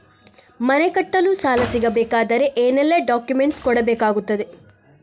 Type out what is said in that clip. ಮನೆ ಕಟ್ಟಲು ಸಾಲ ಸಿಗಬೇಕಾದರೆ ಏನೆಲ್ಲಾ ಡಾಕ್ಯುಮೆಂಟ್ಸ್ ಕೊಡಬೇಕಾಗುತ್ತದೆ?